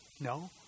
No